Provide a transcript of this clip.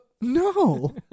No